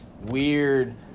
weird